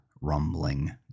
rumbling